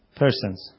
persons